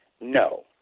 No